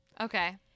Okay